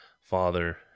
father